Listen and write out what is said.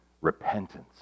repentance